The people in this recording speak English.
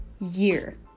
year